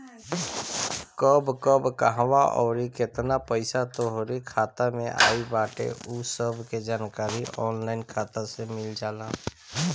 कब कब कहवा अउरी केतना पईसा तोहरी खाता में आई बाटे उ सब के जानकारी ऑनलाइन खाता से मिल जाला